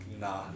nah